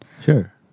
Sure